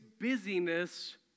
busyness